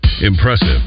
Impressive